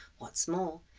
what's more,